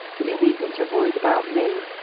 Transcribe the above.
but you needn't have worried about me.